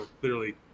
clearly